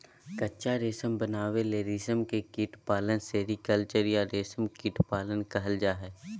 कच्चा रेशम बनावे ले रेशम के कीट के पालन सेरीकल्चर या रेशम कीट पालन कहल जा हई